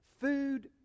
food